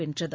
வென்றது